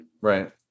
right